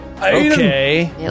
Okay